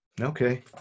Okay